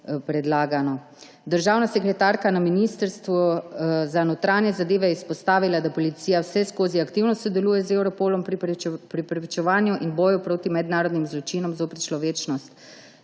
predlagano. Državna sekretarka na Ministrstvu za notranje zadeve je izpostavila, da Policija vseskozi aktivno sodeluje z Europolom pri preprečevanju in boju proti mednarodnim zločinom zoper človečnost.